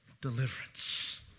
deliverance